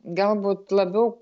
galbūt labiau